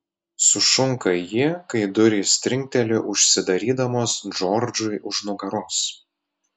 sušunka ji kai durys trinkteli užsidarydamos džordžui už nugaros